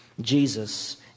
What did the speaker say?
Jesus